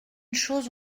chose